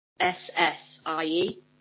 S-S-I-E